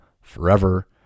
forever